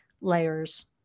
layers